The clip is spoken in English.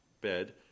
bed